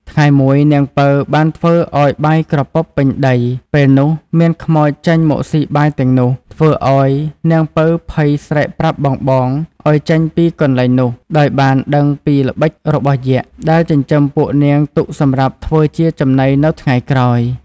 ថ្ងៃមួយនាងពៅបានធ្វើឲ្យបាយក្រពប់ពេញដី ពេលនោះមានខ្មោចចេញមកស៊ីបាយទាំងនោះ ធ្វើឲ្យនាងពៅភ័យស្រែកប្រាប់បងៗឲ្យចេញពីកន្លែងនោះ ដោយបានដឹងពីល្បិចរបស់យក្ខ ដែលចិញ្ចឹមពួកនាងទុកសម្រាប់ធ្វើជាចំណីនៅថ្ងៃក្រោយ។